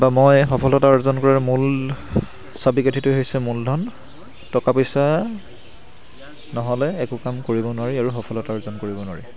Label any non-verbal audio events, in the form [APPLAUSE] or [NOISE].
বা মই সফলতা অৰ্জন কৰা মূল [UNINTELLIGIBLE] হৈছে মূলধন টকা পইচা নহ'লে একো কাম কৰিব নোৱাৰি আৰু সফলতা অৰ্জন কৰিব নোৱাৰি